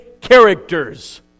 characters